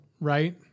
right